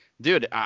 dude